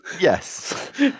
Yes